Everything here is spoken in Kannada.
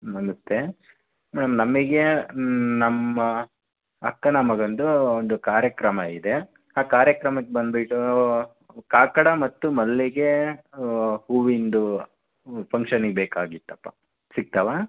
ನಮಸ್ತೆ ಮ್ಯಾಮ್ ನಮಗೆ ನಮ್ಮ ಅಕ್ಕನ ಮಗನದು ಒಂದು ಕಾರ್ಯಕ್ರಮ ಇದೆ ಆ ಕಾರ್ಯಕ್ರಮಕ್ಕೆ ಬಂದ್ಬಿಟ್ಟು ಕಾಕಡ ಮತ್ತು ಮಲ್ಲಿಗೆ ಹೂವಿನದು ಫಂಕ್ಷನಿಗೆ ಬೇಕಾಗಿತ್ತಪ್ಪ ಸಿಗ್ತವಾ